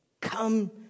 come